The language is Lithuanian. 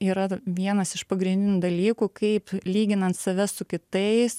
yra vienas iš pagrindinių dalykų kaip lyginant save su kitais